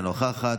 אינה נוכחת,